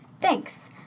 Thanks